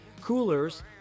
coolers